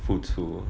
付出